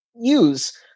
use